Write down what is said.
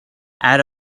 add